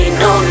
no